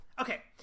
Okay